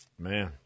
Man